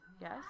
Yes